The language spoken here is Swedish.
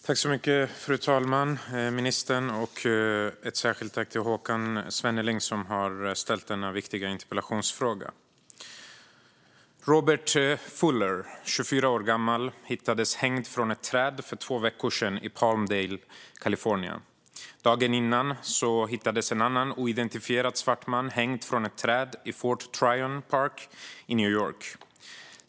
Fru talman och ministern! Ett särskilt tack till Håkan Svenneling, som har ställt denna viktiga interpellation. Robert Fuller, 24 år gammal, hittades hängd från ett träd för två veckor sedan i Palmdale, Kalifornien. Dagen innan hittades en annan oidentifierad svart man hängd från ett träd i Fort Tryon Park i New York.